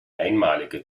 einmaliger